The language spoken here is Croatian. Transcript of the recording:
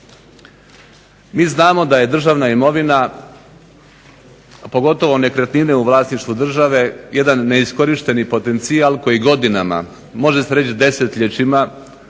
Mi znamo da je državna imovina pogotovo nekretnine u vlasništvu države jedan neiskorišteni potencijal koji godinama može se reći desetljećima